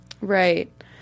Right